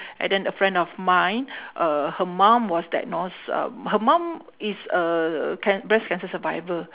and then a friend of mine uh her mum was diagnosed um her mum is a can~ breast cancer survivor